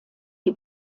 die